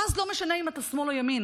ואז לא משנה אם אתה שמאל או ימין,